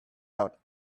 about